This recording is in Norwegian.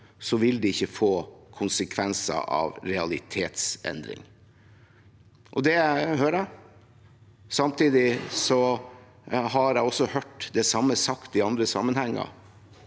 vil det ikke føre til konsekvenser i form av realitetsendring. Det hører jeg. Samtidig har jeg også hørt det samme bli sagt i andre sammenhenger.